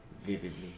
vividly